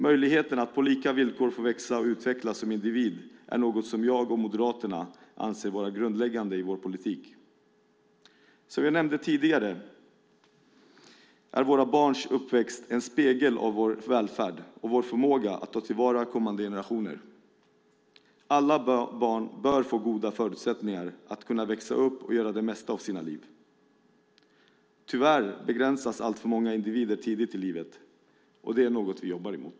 Möjligheten att på lika villkor få växa och utvecklas som individ är något som jag och Moderaterna anser måste vara grundläggande i vår politik. Som jag tidigare nämnde är våra barns uppväxt en spegel av vår välfärd och vår förmåga att ta till vara kommande generationer. Alla barn bör få goda förutsättningar att växa upp och göra det mesta av sina liv. Tyvärr begränsas alltför många individer tidigt i livet, och det är något vi jobbar emot.